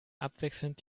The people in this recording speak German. abwechselnd